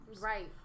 Right